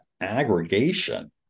aggregation